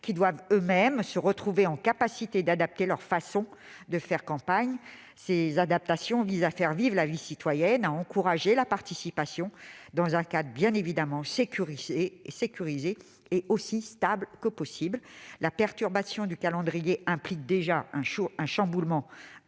qui doivent eux-mêmes se trouver en capacité d'adapter leur façon de faire campagne. Ces adaptations visent à faire vivre la citoyenneté et à encourager la participation dans un cadre sécurisé et aussi stable que possible. La perturbation du calendrier implique déjà un chamboulement important.